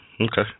Okay